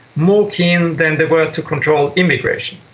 more keen than they were to control immigration.